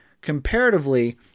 comparatively